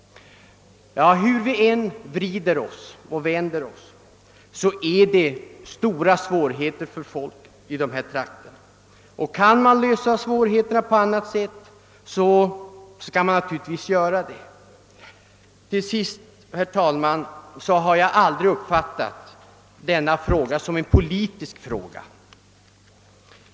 Vi kommer inte ifrån, att befolkningen i dessa trakter brottas med stora svårigheter. Kan man hjälpa dem ur dessa svårigheter på annat sätt än genom en utbyggnad av älven bör man naturligtvis göra det. Till sist vill jag, herr talman, påpeka att jag aldrig uppfattat denna fråga som en politisk fråga.